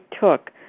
took